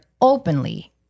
openly